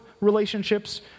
relationships